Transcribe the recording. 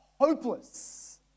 hopeless